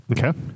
okay